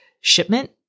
shipment